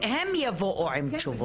הם יבואו עם תשובות.